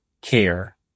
care